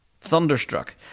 Thunderstruck